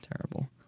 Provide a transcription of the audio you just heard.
terrible